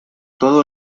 todo